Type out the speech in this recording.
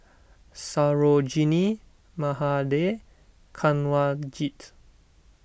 Sarojini Mahade Kanwaljit